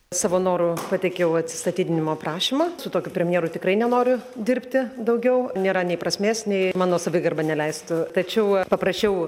savo noru pateikiau atsistatydinimo prašymą su tokiu premjeru tikrai nenoriu dirbti daugiau nėra nei prasmės nei mano savigarba neleistų tačiau paprašiau